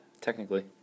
Technically